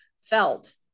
felt